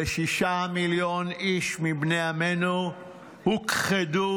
ו-6 מיליון איש מבני עמנו הוכחדו,